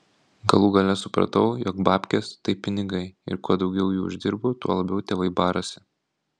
galų gale supratau jog babkės tai pinigai ir kuo daugiau jų uždirbu tuo labiau tėvai barasi